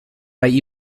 bei